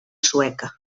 sueca